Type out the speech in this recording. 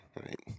right